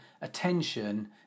attention